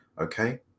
okay